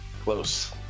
Close